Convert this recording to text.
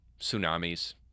tsunamis